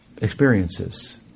experiences